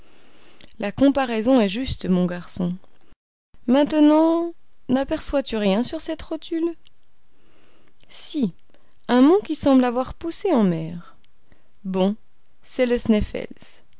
la comparaison est juste mon garçon maintenant naperçois tu rien sur cette rotule si un mont qui semble avoir poussé en mer bon c'est le sneffels